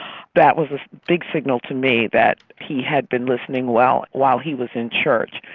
that was a big signal to me that he had been listening well while he was in church.